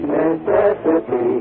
necessity